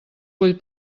vull